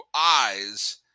eyes